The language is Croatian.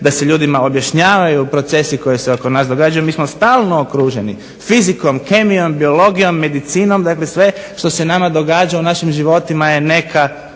da se ljudima objašnjavaju procesi koji se događaju, mi smo stalno okruženi fizikom, medicinom, sve što se nama događa u životima sve